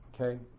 Okay